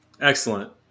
Excellent